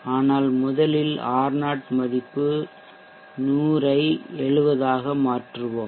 ஆனால் முதலில் R0 மதிப்பு 100 ஐ 70 ஆக மாற்றுவோம்